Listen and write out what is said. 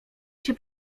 się